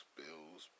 bills